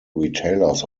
retailers